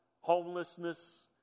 homelessness